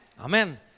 Amen